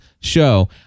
show